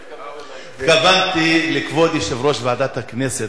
התכוונתי לכבוד יושב-ראש ועדת הכנסת,